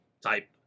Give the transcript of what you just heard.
type